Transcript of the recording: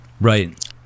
Right